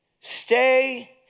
stay